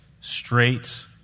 straight